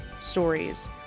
stories